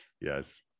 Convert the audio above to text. yes